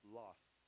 lost